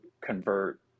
convert